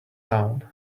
town